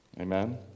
Amen